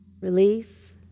release